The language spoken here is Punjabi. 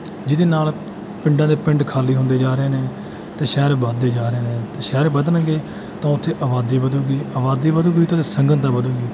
ਜਿਹਦੇ ਨਾਲ ਪਿੰਡਾਂ ਦੇ ਪਿੰਡ ਖਾਲੀ ਹੁੰਦੇ ਜਾ ਰਹੇ ਨੇ ਅਤੇ ਸ਼ਹਿਰ ਵੱਧਦੇ ਜਾ ਰਹੇ ਨੇ ਅਤੇ ਸ਼ਹਿਰ ਵਧਣਗੇ ਤਾਂ ਉੱਥੇ ਆਬਾਦੀ ਵਧੇਗੀ ਆਬਾਦੀ ਵਧੇਗੀ ਤਾਂ ਉੱਥੇ ਸੰਘਣਤਾ ਵਧੇਗੀ